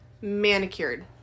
manicured